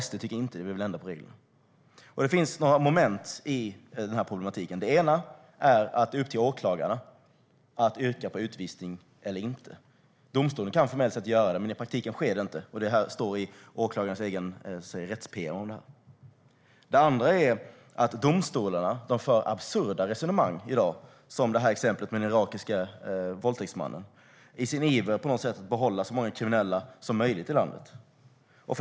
SD tycker inte det. Vi vill ändra på reglerna. Det finns några moment i denna problematik. Det första är att det är upp till åklagaren att yrka på utvisning eller inte. Domstolen kan formellt sett göra det. Men i praktiken sker det inte. Det andra är att domstolarna för absurda resonemang i dag, som i mitt exempel med den irakiske våldtäktsmannen, i sin iver att på något sätt behålla så många kriminella som möjligt i landet.